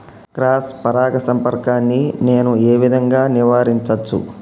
Cross పరాగ సంపర్కాన్ని నేను ఏ విధంగా నివారించచ్చు?